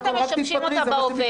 מספיק אתם משבשים אותה בהווה.